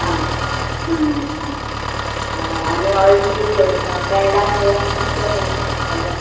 आं हय आनी ऑयलीक हाका पेडांक बिडांक कितले पयशे पडटले